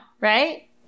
right